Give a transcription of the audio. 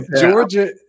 Georgia